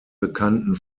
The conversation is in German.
bekannten